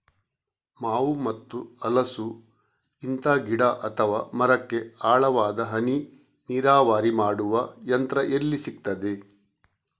ಮಾವು ಮತ್ತು ಹಲಸು, ಇಂತ ಗಿಡ ಅಥವಾ ಮರಕ್ಕೆ ಆಳವಾದ ಹನಿ ನೀರಾವರಿ ಮಾಡುವ ಯಂತ್ರ ಎಲ್ಲಿ ಸಿಕ್ತದೆ?